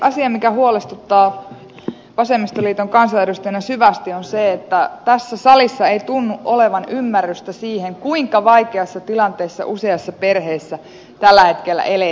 asia joka huolestuttaa vasemmistoliiton kansanedustajana syvästi on se että tässä salissa ei tunnu olevan ymmärrystä siitä kuinka vaikeassa tilanteessa useassa perheessä tällä hetkellä eletään